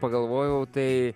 pagalvojau tai